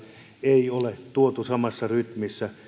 ei ole tuotu samassa rytmissä